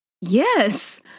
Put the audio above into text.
Yes